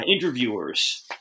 interviewers